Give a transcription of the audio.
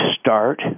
start